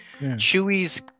Chewie's